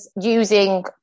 using